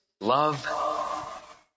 love